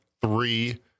three